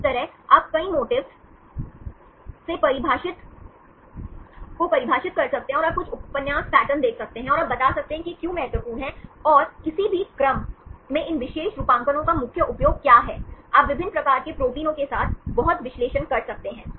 इसी तरह आप कई मोटिफ्स को परिभाषित कर सकते हैं और आप कुछ उपन्यास पैटर्न देख सकते हैं और आप बता सकते हैं कि यह क्यों महत्वपूर्ण है और किसी भी क्रम में इन विशेष रूपांकनों का मुख्य उपयोग क्या है आप विभिन्न प्रकार के प्रोटीनों के साथ बहुत विश्लेषण कर सकते हैं